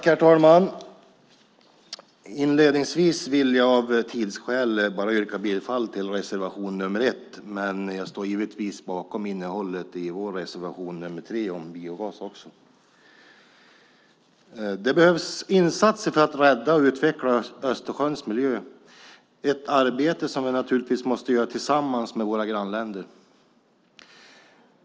Herr talman! Inledningsvis vill jag av tidsskäl bara yrka bifall till reservation nr 1, men jag står givetvis bakom innehållet i vår reservation nr 3 om biogas också. Det behövs insatser för att rädda och utveckla Östersjöns miljö. Det är ett arbete som vi naturligtvis måste göra tillsammans med våra grannländer.